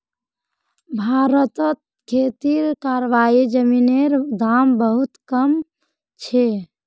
भारतत खेती करवार जमीनेर दाम बहुत कम छे